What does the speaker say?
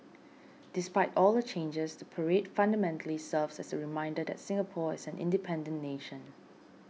despite all the changes the parade fundamentally serves as a reminder that Singapore is an independent nation